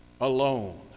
alone